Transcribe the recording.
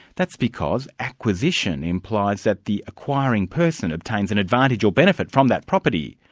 that's because acquisition implies that the acquiring person obtains an advantage or benefit from that property.